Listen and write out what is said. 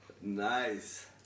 Nice